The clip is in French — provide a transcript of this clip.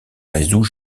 résout